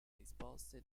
risposte